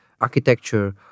architecture